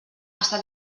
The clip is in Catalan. està